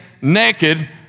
naked